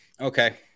Okay